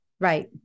Right